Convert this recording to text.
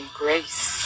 grace